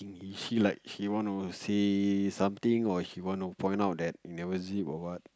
is she like she want to say something or she wana point out that you never zip or what